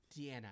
Deanna